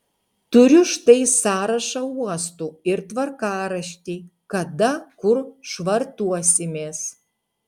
turiu štai sąrašą uostų ir tvarkaraštį kada kur švartuosimės